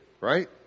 right